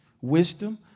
wisdom